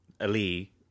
Ali